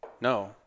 No